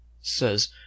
says